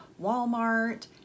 Walmart